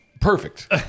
Perfect